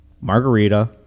Margarita